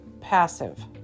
passive